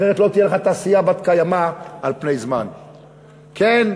אחרת לא תהיה לך תעשייה בת-קיימא על פני זמן.